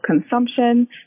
consumption